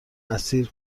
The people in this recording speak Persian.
اسیر